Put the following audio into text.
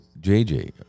JJ